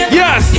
yes